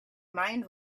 mind